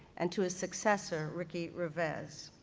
and to his successor, ricky revesz.